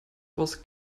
was